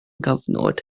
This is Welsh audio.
gyfnod